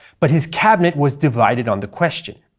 but his cabinet was divided on the question.